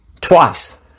twice